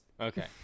Okay